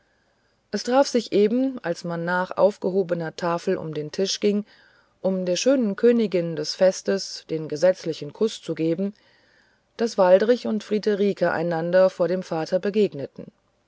es traf sich eben als man nach aufgehobener tafel um den tisch ging um der schönen königin des festes den gesetzlichen kuß zu geben daß waldrich und friederike einander vor dem vater begegneten